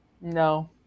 No